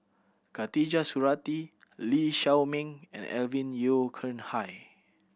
Khatijah Surattee Lee Shao Meng and Alvin Yeo Khirn Hai